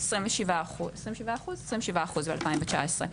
27% ב-2019.